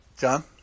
John